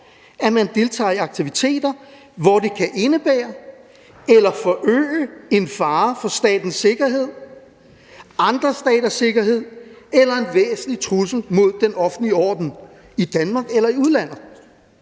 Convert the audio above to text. at man deltager i aktiviteter, hvor det kan indebære eller forøge en fare for statens sikkerhed, andre staters sikkerhed eller en væsentlig trussel mod den offentlige orden i Danmark eller i udlandet.